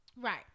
right